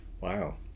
Wow